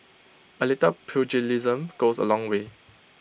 A little pugilism goes A long way